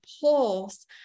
pulse